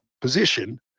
position